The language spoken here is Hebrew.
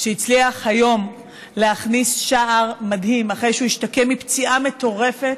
שהצליח היום להכניס שער מדהים אחרי שהוא השתקם מפציעה מטורפת,